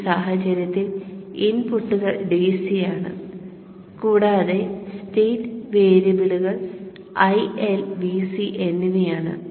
ഈ സാഹചര്യത്തിൽ ഇൻപുട്ടുകൾ DC ആണ് കൂടാതെ സ്റ്റേറ്റ് വേരിയബിളുകൾ IL Vc എന്നിവയാണ്